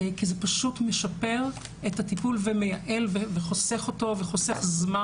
כי זה פשוט משפר את הטיפול, מייעל אותו וחוסך זמן,